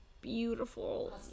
beautiful